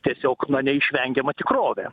tiesiog na neišvengiama tikrovė